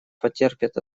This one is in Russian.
потерпит